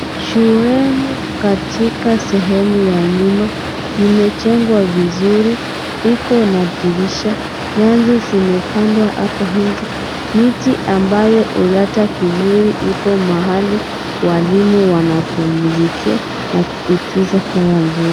Shuleni katika sehemu ya nyuma imejengwa vizuri. Iko na dirisha, nyasi zimepandwa hapo nje. Miti ambayo imeleta kivuli ipo mahali walimu wanapumzikia na kupitisha hewa nzuri.